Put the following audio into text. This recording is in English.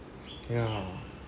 ya